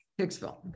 Hicksville